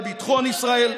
לביטחון ישראל,